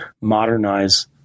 modernize